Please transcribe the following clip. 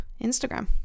Instagram